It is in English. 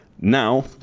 Now